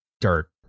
dirt